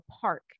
park